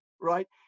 right